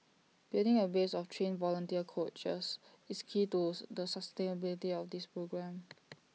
building A base of trained volunteer coaches is key to tooth the sustainability of this programme